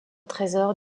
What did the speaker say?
trésors